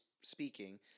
speaking